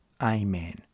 Amen